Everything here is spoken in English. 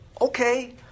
Okay